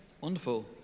wonderful